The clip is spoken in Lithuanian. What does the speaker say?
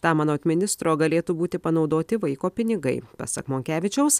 tam anot ministro galėtų būti panaudoti vaiko pinigai pasak monkevičiaus